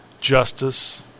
justice